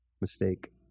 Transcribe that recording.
mistake